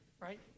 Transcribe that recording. right